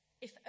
If